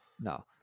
no